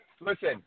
Listen